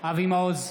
אבי מעוז,